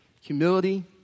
humility